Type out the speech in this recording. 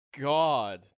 God